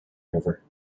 river